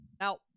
Now